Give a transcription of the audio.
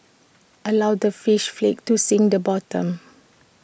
allow the fish flakes to sink the bottom